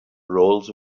roles